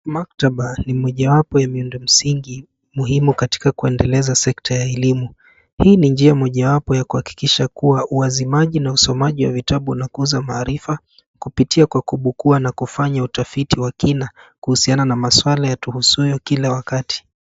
Maktaba ni mojawapo ya miundo msingi katika kuendeleza sekta ya elimu. Hii ni njia mojawapo ya kuhakikisha kuwa uazimaji na usomaji wa vitabu unakuza maarifa kupitia kwa kubukua na kufanya utafiti wa kina kuhusiaba na maswala yatuhusuyo kila wakati.